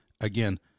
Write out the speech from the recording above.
Again